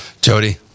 jody